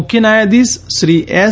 મુખ્ય ન્યાયાધીશ શ્રી એસ